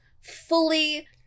fully